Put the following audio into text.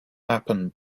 happened